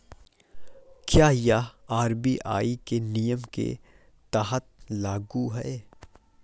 क्या यह आर.बी.आई के नियम के तहत लागू है?